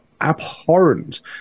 abhorrent